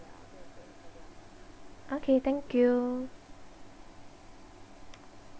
okay thank you